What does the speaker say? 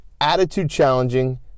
attitude-challenging